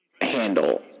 handle